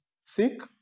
sick